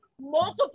multiple